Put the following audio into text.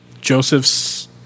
Joseph's